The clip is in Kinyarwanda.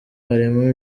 harimo